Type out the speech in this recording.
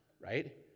right